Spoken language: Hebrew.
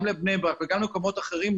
גם לבני ברק וגם למקומות אחרים,